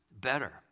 better